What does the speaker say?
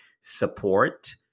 support